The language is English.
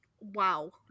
wow